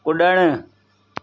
कुॾणु